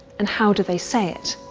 and how do they say it?